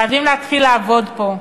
חייבים להתחיל לעבוד פה,